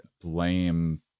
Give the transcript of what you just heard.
blame